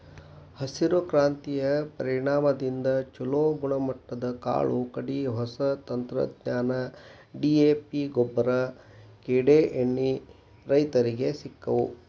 ಹಸಿರು ಕ್ರಾಂತಿಯ ಪರಿಣಾಮದಿಂದ ಚುಲೋ ಗುಣಮಟ್ಟದ ಕಾಳು ಕಡಿ, ಹೊಸ ತಂತ್ರಜ್ಞಾನ, ಡಿ.ಎ.ಪಿಗೊಬ್ಬರ, ಕೇಡೇಎಣ್ಣಿ ರೈತರಿಗೆ ಸಿಕ್ಕವು